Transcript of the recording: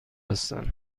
هستند